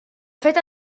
fet